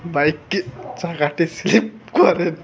বাইকের চাকাতে স্লিপ করেন